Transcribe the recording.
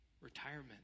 retirement